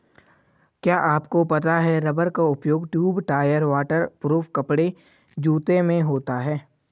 क्या आपको पता है रबर का उपयोग ट्यूब, टायर, वाटर प्रूफ कपड़े, जूते में होता है?